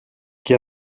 chi